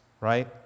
Right